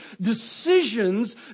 decisions